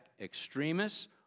extremists